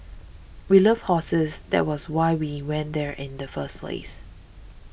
we love horses that was why we went there in the first place